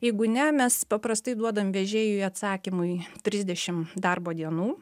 jeigu ne mes paprastai duodam vežėjui atsakymui trisdešim darbo dienų